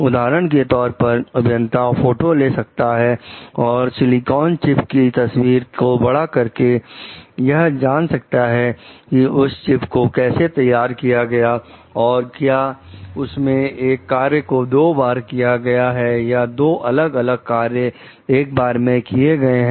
उदाहरण के तौर पर अभियंता फोटो ले सकता है और सिलीकान चिप की तस्वीर को बड़ा करके यह जान सकता है कि उस चिपको कैसे तैयार किया गया है तो क्या उसमें एक कार्य को दो बार किया गया है या दो अलग अलग कार्य एक बार में किए गए हैं